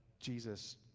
Jesus